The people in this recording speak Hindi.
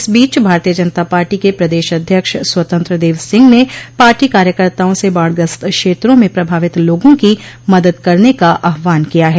इस बीच भारतीय जनता पार्टी के प्रदेश अध्यक्ष स्वतंत्र देव सिंह ने पार्टी कार्यकर्ताओं से बाढ़ग्रस्त क्षेत्रों में प्रभावित लोगों की मदद करने का आहवान किया है